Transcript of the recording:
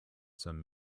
some